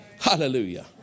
Hallelujah